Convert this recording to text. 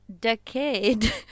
decade